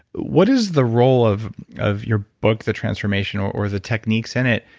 what is the role of of your book the transformation or or the techniques in it,